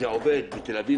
זה עובד בתל אביב